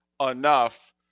enough